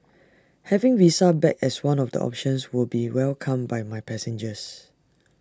having visa back as one of the options will be welcomed by my passengers